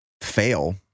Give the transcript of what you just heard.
fail